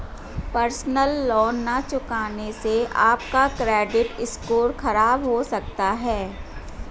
personal loan न चुकाने से आप का क्रेडिट स्कोर खराब हो सकता है